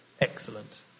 Excellent